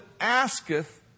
asketh